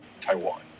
Taiwan